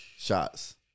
Shots